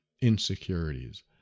insecurities